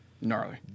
gnarly